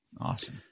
Awesome